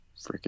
Freaking